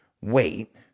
wait